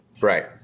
Right